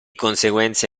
conseguenza